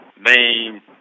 main